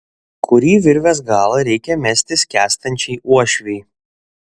kurį virvės galą reikia mesti skęstančiai uošvei